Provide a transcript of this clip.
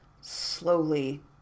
slowly